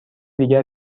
دیگر